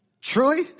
Truly